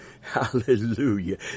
Hallelujah